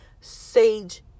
Sage